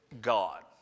God